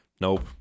Nope